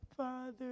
Father